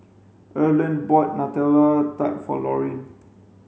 Erland bought Nutella Tart for Lorine